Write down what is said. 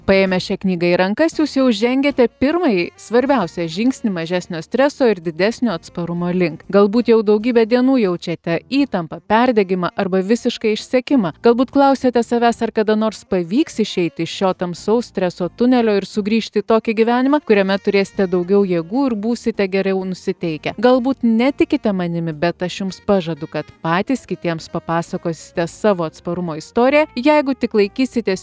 paėmę šią knygą į rankas jūs jau žengiate pirmąjį svarbiausią žingsnį mažesnio streso ir didesnio atsparumo link galbūt jau daugybę dienų jaučiate įtampą perdegimą arba visišką išsekimą galbūt klausiate savęs ar kada nors pavyks išeiti iš šio tamsaus streso tunelio ir sugrįžti į tokį gyvenimą kuriame turėsite daugiau jėgų ir būsite geriau nusiteikę galbūt netikite manimi bet aš jums pažadu kad patys kitiems papasakosite savo atsparumo istoriją jeigu tik laikysitės